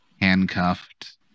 handcuffed